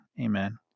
Amen